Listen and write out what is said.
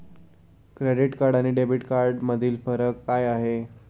Credit card आणि debit कार्डमधील फरक काय आहे?